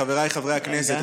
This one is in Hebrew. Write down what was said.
חבריי חברי הכנסת,